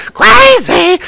crazy